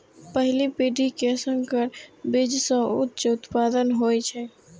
पहिल पीढ़ी के संकर बीज सं उच्च उत्पादन होइ छै